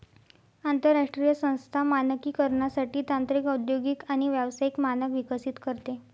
आंतरराष्ट्रीय संस्था मानकीकरणासाठी तांत्रिक औद्योगिक आणि व्यावसायिक मानक विकसित करते